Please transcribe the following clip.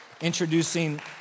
introducing